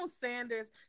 Sanders